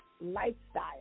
lifestyle